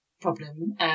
problem